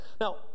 Now